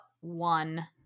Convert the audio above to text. one